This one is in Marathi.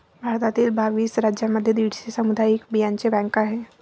भारतातील बावीस राज्यांमध्ये दीडशे सामुदायिक बियांचे बँका आहेत